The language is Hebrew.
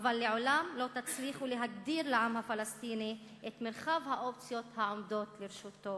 אבל לא תצליחו להגדיר לעם הפלסטיני את מרחב האופציות העומדות לרשותו,